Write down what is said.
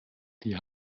die